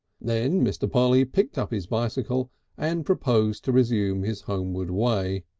then mr. polly picked up his bicycle and proposed to resume his homeward way.